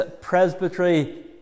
presbytery